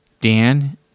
Dan